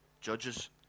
Judges